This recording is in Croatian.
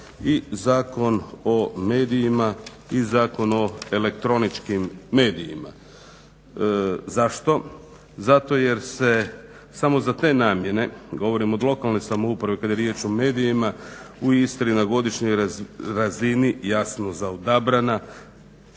i Zakon o medijima i Zakon o elektroničkim medijima. Zašto? Zato jer se samo za te namjene, govorimo od lokalne samouprave kada je riječ o medijima u Istri na godišnjoj razini, jasno za odabrana